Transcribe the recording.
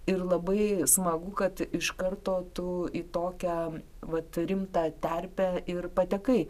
ir labai smagu kad iš karto tu į tokią vat rimtą terpę ir patekai